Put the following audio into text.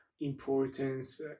importance